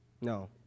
No